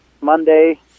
Monday